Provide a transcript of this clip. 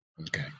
Okay